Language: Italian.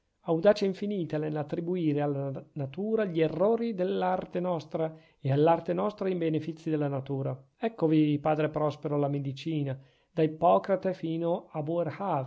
audacia infinita nell'attribuire alla natura gli errori dell'arte nostra e all'arte nostra i benefizi della natura eccovi padre prospero la medicina da ippocrate fino a